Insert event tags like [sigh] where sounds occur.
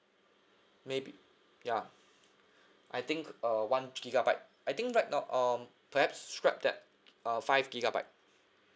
maybe ya [breath] I think uh one gigabyte I think right now um perhaps scrap that uh five gigabyte